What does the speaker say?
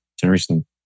generation